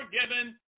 forgiven